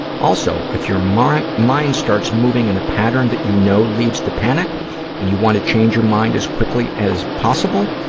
also, if your mind mind starts moving in a pattern that you know leads to panic and you want to change your mind as quickly as possible,